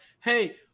hey